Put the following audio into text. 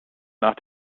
nach